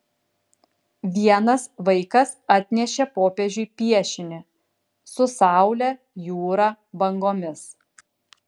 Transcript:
vienas vaikas atnešė popiežiui piešinį su saule jūra bangomis